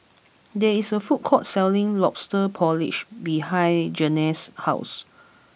there is a food court selling Lobster Porridge behind Janae's house